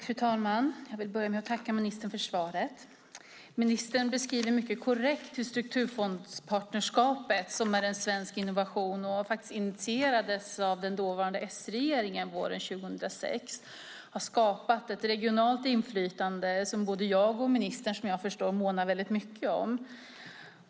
Fru talman! Jag vill börja med att tacka ministern för svaret. Ministern beskriver mycket korrekt hur strukturfondspartnerskapet, som är en svensk innovation och faktiskt initierades av den dåvarande s-regeringen våren 2006, har skapat ett regionalt inflytande som både jag och ministern, som jag förstår det, månar väldigt mycket om.